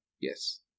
Yes